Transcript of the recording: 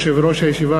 הישיבה,